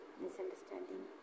misunderstanding